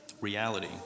reality